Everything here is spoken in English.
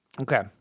Okay